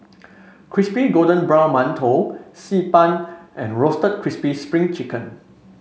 Crispy Golden Brown Mantou Xi Ban and Roasted Crispy Spring Chicken